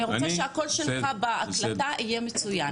אני רוצה שהקול שלך בהקלטה יהיה מצוין.